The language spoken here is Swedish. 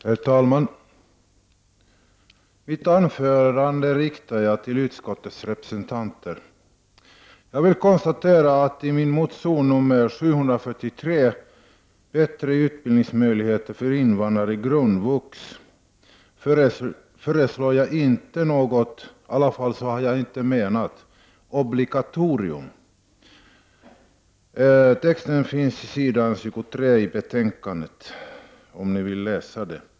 Herr talman! Mitt anförande riktar jag till utskottets representanter. Jag vill konstatera att i min motion Ub743 om bättre utbildningsmöjligheter för invandrare i grundvux föreslår jag inte — jag har i alla fall inte menat det — något obligatorium. Texten finns på s. 23 i betänkandet, om ni vill läsa den.